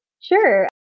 Sure